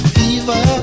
fever